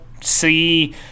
see